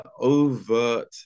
overt